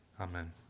amen